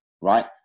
right